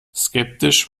skeptisch